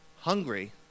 hungry